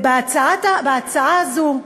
בהצעה הזו,